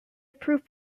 proof